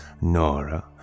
Nora